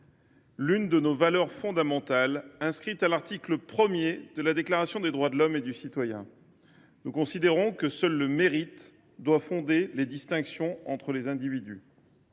l’une de nos valeurs fondamentales, inscrite à l’article 1 de la Déclaration des droits de l’homme et du citoyen. Nous considérons que seul le mérite doit fonder les distinctions entre les individus.